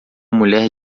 mulher